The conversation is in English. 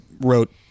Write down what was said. wrote